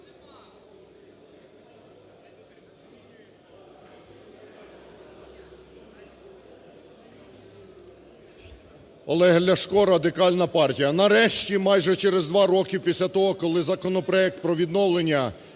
Олег Ляшко, Радикальна партія. Нарешті, майже через два роки після того, коли законопроект про відновлення